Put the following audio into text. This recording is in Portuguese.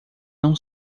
não